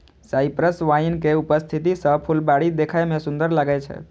cypress vine के उपस्थिति सं फुलबाड़ी देखै मे सुंदर लागै छै